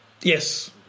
Yes